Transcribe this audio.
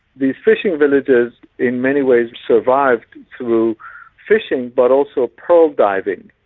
these fishing villages in many ways survived through fishing, but also pearl diving.